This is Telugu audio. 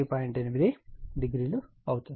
8o అవుతుంది